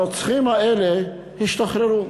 הרוצחים האלה השתחררו.